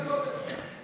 אב צעיר.